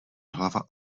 hlava